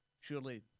Surely